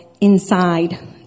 inside